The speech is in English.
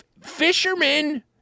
fishermen